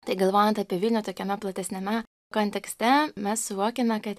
tai galvojant apie vilnią tokiame platesniame kontekste mes suvokiame kad